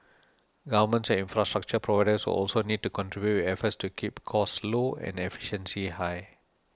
governments and infrastructure providers will also need to contribute with efforts to keep costs low and efficiency high